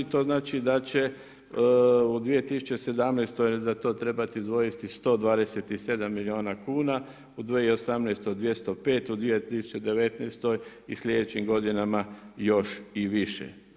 To znači da će u 2017. za to trebati izdvojiti 127 milijuna kuna, u 2018. 205., u 2019. i sljedećim godinama još i više.